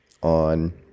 on